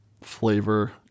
flavor